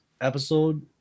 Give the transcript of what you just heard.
episode